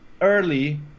early